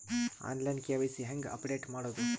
On line KYC ಹೇಂಗ update ಮಾಡೋದು?